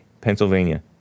Pennsylvania